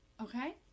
Okay